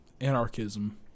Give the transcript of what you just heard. anarchism